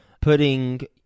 putting